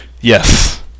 Yes